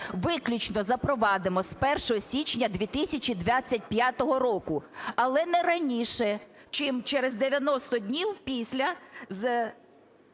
виключно запровадимо з 1 січня 2025 року. Але не раніше чим через 90 днів після